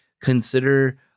consider